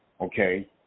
Okay